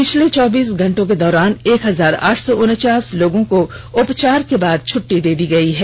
पिछले चौबीस घंटों के दौरान एक हजार आठ सौ उनचास लोगों को उपचार के बाद छुट्टी दे दी गई है